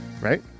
Right